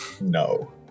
no